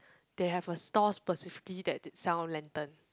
they have a store specifically that sell lantern